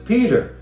Peter